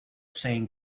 saying